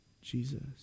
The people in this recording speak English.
Jesus